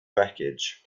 wreckage